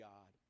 God